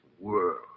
world